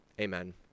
Amen